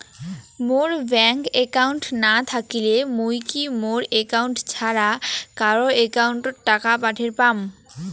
মোর bank account না থাকিলে মুই কি মোর একাউন্ট ছাড়া কারো একাউন্ট অত টাকা পাঠের পাম?